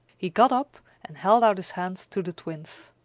he got up and held out his hands to the twins.